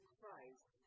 Christ